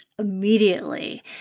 immediately